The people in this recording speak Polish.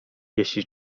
jeśli